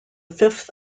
fifth